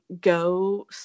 go